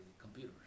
computer